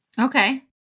Okay